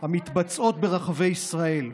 המתבצעות ברחבי ישראל.